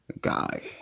guy